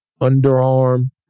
underarm